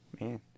Man